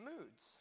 moods